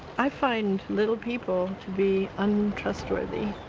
i find little people to be untrustworthy.